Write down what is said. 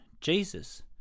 Jesus